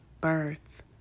birth